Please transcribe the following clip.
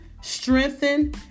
strengthen